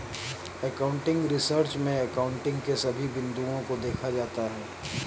accounting research में accounting के सभी बिंदुओं को देखा जाता है